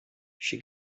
she